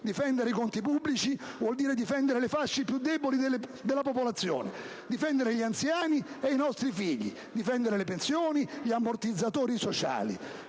Difendere i conti pubblici vuol dire difendere le fasce più deboli della popolazione, difendere gli anziani e i nostri figli, difendere le pensioni e gli ammortizzatori sociali.